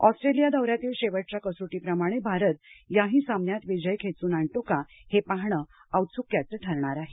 Australia दौऱ्यातील शेवटच्या कसोटीप्रमाणे भारत याही सामन्यात विजय खेचून आणतो का हे पाहणं औत्सुक्याचं ठरणार आहे